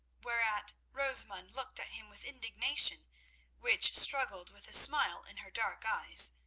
whereat rosamund looked at him with indignation which struggled with a smile in her dark eyes,